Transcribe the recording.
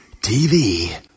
TV